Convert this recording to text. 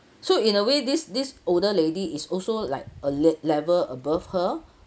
so in a way this this older lady is also like a le~ level above her